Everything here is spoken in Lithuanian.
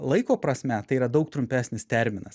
laiko prasme tai yra daug trumpesnis terminas